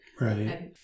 Right